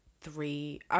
three